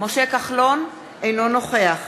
אינו נוכח